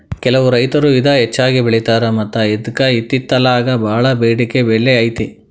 ಕೆಲವು ರೈತರು ಇದ ಹೆಚ್ಚಾಗಿ ಬೆಳಿತಾರ ಮತ್ತ ಇದ್ಕ ಇತ್ತಿತ್ತಲಾಗ ಬಾಳ ಬೆಡಿಕೆ ಬೆಲೆ ಐತಿ